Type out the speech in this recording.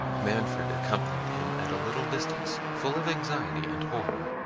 manfred accompanied him at a little distance, full of anxiety and horror,